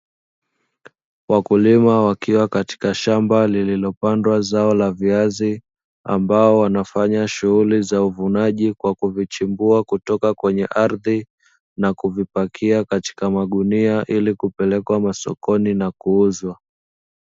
Wakulima wakiwa katika shamba lililopandwa zao la viazi ambao wanafanya shughuli za uvunaji kwa kuvichimbua kutoka kwenye ardhi na kuvipakia katika magunia ili kupelekwa masokoni na kuuzwa.